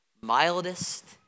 mildest